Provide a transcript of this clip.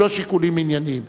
ולא שיקולים ענייניים,